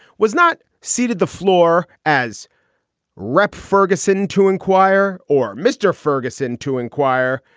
was not seated the floor as rep. ferguson to inquire or mr. ferguson to inquire.